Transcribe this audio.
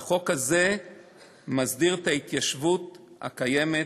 והחוק הזה מסדיר את ההתיישבות הקיימת